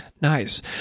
Nice